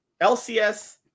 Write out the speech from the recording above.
LCS